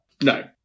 No